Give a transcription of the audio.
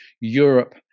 Europe